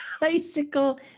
bicycle